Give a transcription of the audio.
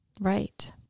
right